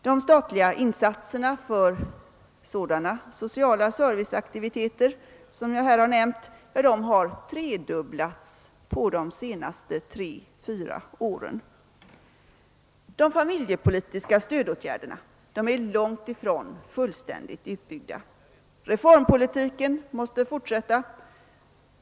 De statliga insatserna för sådana sociala serviceaktiviteter som jag nämnt har tredubblats på de senaste tre, fyra åren. De familjepolitiska stödåtgärderna är långt ifrån fullständigt utbyggda. Reformpolitiken måste fortsätta.